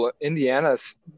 Indiana's